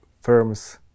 firms